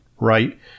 Right